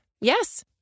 Yes